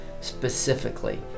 specifically